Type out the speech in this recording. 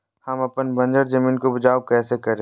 हम अपन बंजर जमीन को उपजाउ कैसे करे?